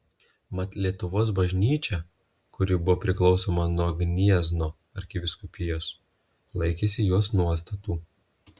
mat lietuvos bažnyčia kuri buvo priklausoma nuo gniezno arkivyskupijos laikėsi jos nuostatų